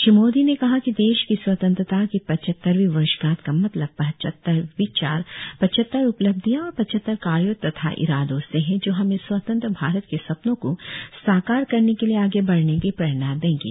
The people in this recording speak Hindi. श्री मोदी ने कहा कि देश की स्वतंत्रता की पचहत्तरवीं वर्षगांठ का मतलब पचहत्तर विचार पचहत्तर उपलब्धियां और पचहत्तर कार्यों तथा इरादों से है जो हमें स्वतंत्र भारत के सपनों को साकार करने के लिए आगे बढने की प्रेरणा देंगे